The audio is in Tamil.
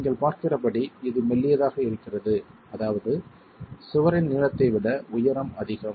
நீங்கள் பார்க்கிறபடி இது மெல்லியதாக இருக்கிறது அதாவது சுவரின் நீளத்தை விட உயரம் அதிகம்